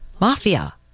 mafia